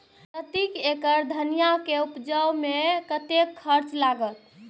प्रति एकड़ धनिया के उपज में कतेक खर्चा लगते?